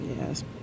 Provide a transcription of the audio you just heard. Yes